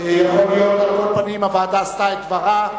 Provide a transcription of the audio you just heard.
על כל פנים, הוועדה עשתה את דברה.